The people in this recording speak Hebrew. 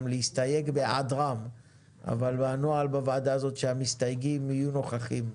להסתייג בהיעדרם אבל הנוהל בוועדה הזאת שהמסתייגים יהיו נוכחים.